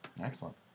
excellent